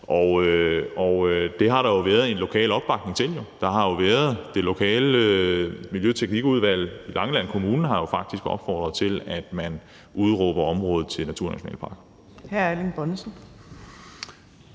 Og det har der jo været en lokal opbakning til. Her kan nævnes det lokale miljø- og teknikudvalg. Langeland Kommune har jo faktisk opfordret til, at man udråber området til naturnationalpark.